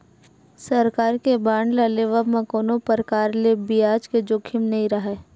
सरकार के बांड ल लेवब म कोनो परकार ले बियाज के जोखिम नइ राहय